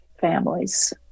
families